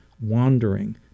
wandering